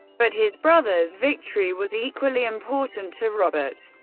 but his brother's victory was equally important to robert,